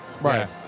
Right